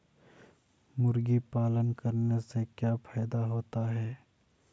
मुर्गी पालन करने से क्या फायदा होता है?